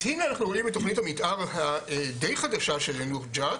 אז הנה אנחנו רואים את תוכנית המתאר הדי חדשה של יאנוח ג'ת,